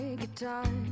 guitar